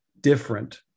different